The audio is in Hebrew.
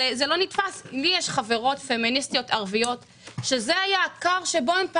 לי יש חברות פמיניסטיות ערביות שהעמותה הזו הייתה